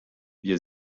wir